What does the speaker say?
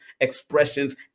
expressions